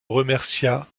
remercia